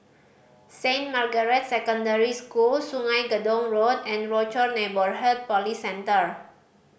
Saint Margaret's Secondary School Sungei Gedong Road and Rochor Neighborhood Police Centre